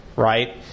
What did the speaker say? right